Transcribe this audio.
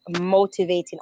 motivating